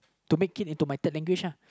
to make it into my third language lah